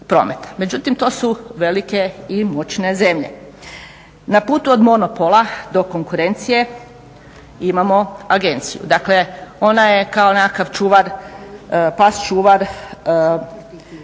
Međutim, to su velike i moćne zemlje. Na putu od monopola do konkurencije imamo agenciju, dakle ona je nekakav čuvar, pas čuvar